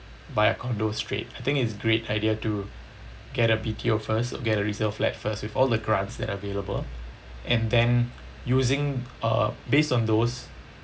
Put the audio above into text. buy a condo straight I think it's great idea to get a B_T_O first or get a resale flat first with all the grants that are available and then using uh based on those